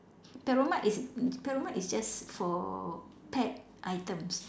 perromart is perromart is just for pet items